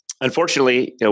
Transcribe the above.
Unfortunately